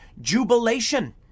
jubilation